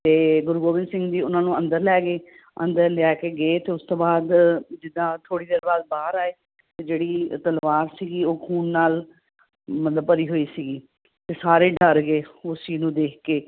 ਅਤੇ ਗੁਰੂ ਗੋਬਿੰਦ ਸਿੰਘ ਜੀ ਉਹਨਾਂ ਨੂੰ ਅੰਦਰ ਲੈ ਗਏ ਅੰਦਰ ਲਿਆ ਕੇ ਗਏ ਤਾਂ ਉਸ ਤੋਂ ਬਾਅਦ ਜਿੱਦਾਂ ਥੋੜ੍ਹੀ ਦੇਰ ਬਾਅਦ ਬਾਹਰ ਆਏ ਜਿਹੜੀ ਤਲਵਾਰ ਸੀਗੀ ਉਹ ਖੂਨ ਨਾਲ ਮਤਲਬ ਭਰੀ ਹੋਈ ਸੀਗੀ ਅਤੇ ਸਾਰੇ ਡਰ ਗਏ ਉਸ ਚੀਜ਼ ਨੂੰ ਦੇਖ ਕੇ